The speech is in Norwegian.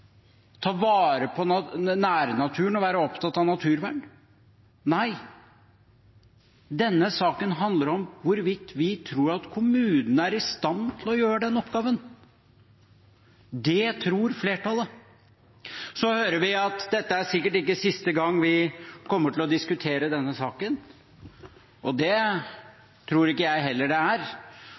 ta vare på nærnaturen og være opptatt av naturvern. Nei, denne saken handler om hvorvidt vi tror at kommunene er i stand til å gjøre denne oppgaven. Det tror flertallet. Så hører vi at dette sikkert ikke er siste gang vi kommer til å diskutere denne saken. Det tror ikke jeg heller det er.